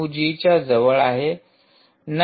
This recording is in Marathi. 9 जीच्या जवळ आहे